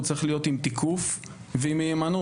הוא צריך להיות עם תיקוף ועם מהימנות.